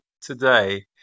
today